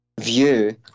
view